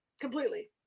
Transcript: completely